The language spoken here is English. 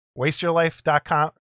wasteyourlife.com